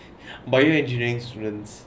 bioengineering students